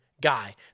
guy